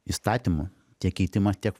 įstatymų tiek keitimą tiek